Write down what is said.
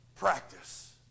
Practice